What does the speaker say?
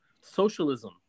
socialism